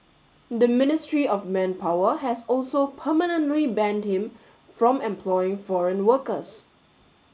the Ministry of Manpower has also permanently banned him from employing foreign workers